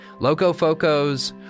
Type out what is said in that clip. Locofocos